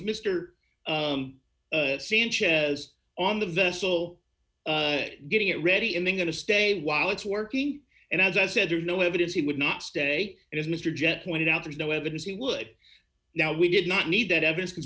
mister sanchez on the vessel getting it ready and then going to stay while it's working and as i said there is no evidence he would not stay because mr jett pointed out there's no evidence he would now we did not need that evidence because